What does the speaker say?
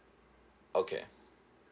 okay